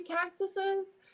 cactuses